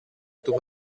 του